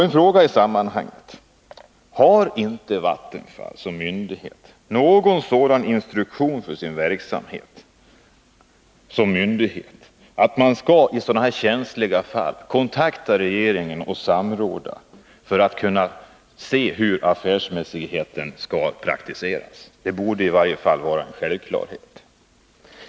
En fråga i sammanhanget: Har inte Vattenfall som myndighet någon sådan instruktion för sin verksamhet — att man i sådana här känsliga fall skall kontakta regeringen och samråda för att se hur affärsmässigheten skall praktiseras? Det borde vara en självklarhet.